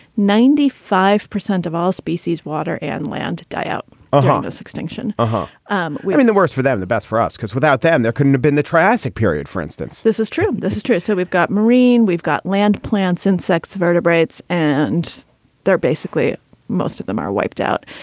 ninety five percent of all species, water and land die out of um extinction but um we're in the worst for them, the best for us, because without them, there couldn't have been the triassic period, for instance this is true. um this is true. so we've got marine, we've got land, plants, insects, vertebrates, and they're basically ah most of them are wiped out.